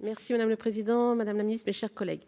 Merci madame le président, Madame la Ministre, mes chers collègues,